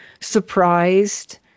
surprised